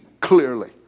clearly